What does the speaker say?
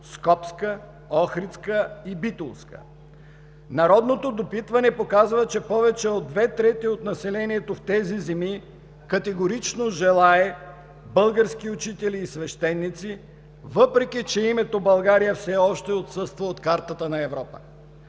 Скопска, Охридска и Битолска. Народното допитване показва, че повече от две трети от населението в тези земи категорично желае български учители и свещеници, въпреки че името България все още отсъства от картата на Европа.